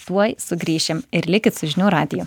tuoj sugrįšim ir likit žinių radiju